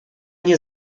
nie